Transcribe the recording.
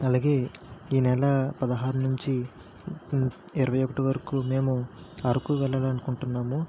అలాగే ఈ నెల పదహారు నుంచి ఇరవై ఒకటి వరకు మేము అరకు వెళ్లాలనుకుంటున్నాము